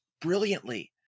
brilliantly